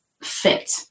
fit